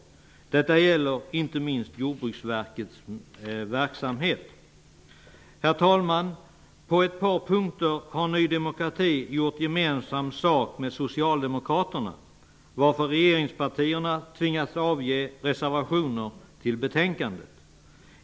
Detta gäller inte minst Jordbruksverkets verksamhet. Herr talman! På ett par punkter har Ny demokrati gjort gemensam sak med Socialdemokraterna, varför regeringspartierna tvingats avge reservationer till betänkandet.